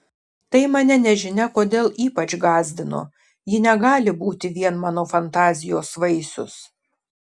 tai mane nežinia kodėl ypač gąsdino ji negali būti vien mano fantazijos vaisius